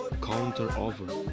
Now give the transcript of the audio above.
counter-over